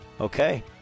Okay